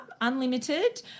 unlimited